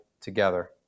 together